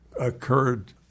occurred